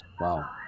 Wow